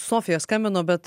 sofija skambino bet